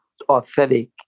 authentic